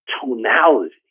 tonality